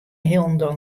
hielendal